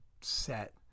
set